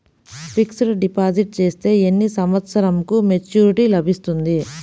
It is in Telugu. ఫిక్స్డ్ డిపాజిట్ చేస్తే ఎన్ని సంవత్సరంకు మెచూరిటీ లభిస్తుంది?